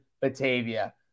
Batavia